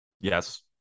Yes